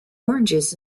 oranges